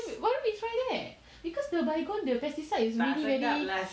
why don't we try that because the baygon the pesticide is really very